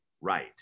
right